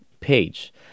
page